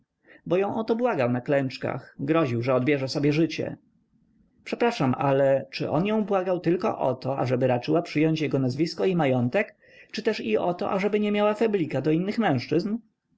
bo ją o to błagał na klęczkach groził że odbierze sobie życie przepraszam ale czy on ją błagał tylko o to ażeby raczyła przyjąć jego nazwisko i majątek czy też i o to ażeby nie miała feblika do innych mężczyzn